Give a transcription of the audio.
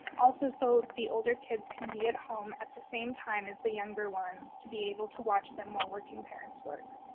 also, so the older kids can be at home at the same time as the younger ones to be able to watch them while working parents work.